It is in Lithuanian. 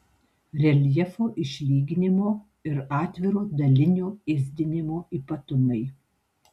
reljefo išlyginimo ir atviro dalinio ėsdinimo ypatumai